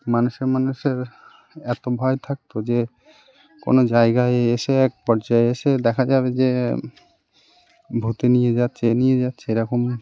মানুষের মানুষের এত ভয় থাকত যে কোনো জায়গায় এসে এক পর্যায়ে এসে দেখা যাবে যে ভূতে নিয়ে যাচ্ছে এ নিয়ে যাচ্ছে এ রকম